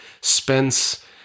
Spence